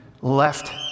left